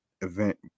event